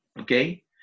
Okay